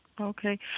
Okay